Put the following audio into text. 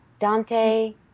Dante